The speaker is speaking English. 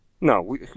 No